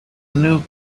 new